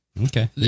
Okay